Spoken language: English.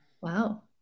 Wow